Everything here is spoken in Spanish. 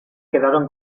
quedaron